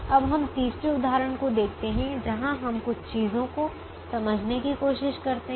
अब हम तीसरे उदाहरण को देखते हैं जहाँ हम कुछ चीजों को समझने की कोशिश करते हैं